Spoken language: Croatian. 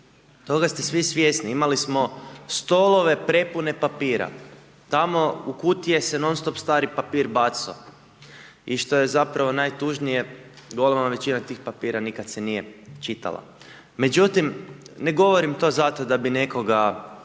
toga ste svi svjesni imali smo stolove prepune papira. Tamo u kutije se non stop stari papir baco i što je zapravo najtužnije golema većina tih papira nikad se nije čitala. Međutim, ne govorim to zato da bi nekoga